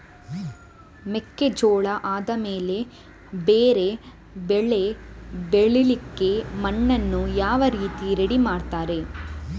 ಮೆಕ್ಕೆಜೋಳ ಆದಮೇಲೆ ಬೇರೆ ಬೆಳೆ ಬೆಳಿಲಿಕ್ಕೆ ಮಣ್ಣನ್ನು ಯಾವ ತರ ರೆಡಿ ಮಾಡ್ತಾರೆ?